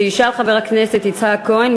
ישאל חבר הכנסת יצחק כהן,